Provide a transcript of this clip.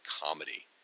comedy